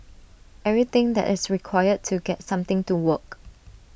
everything that is required to get something to work